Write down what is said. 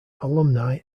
alumni